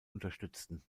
unterstützten